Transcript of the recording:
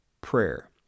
prayer